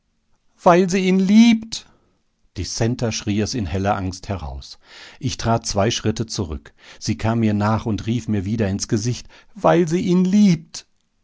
weil sie ihn liebt die centa schrie es in heller angst heraus ich trat zwei schritte zurück sie kam mir nach und rief mir wieder ins gesicht weil sie ihn liebt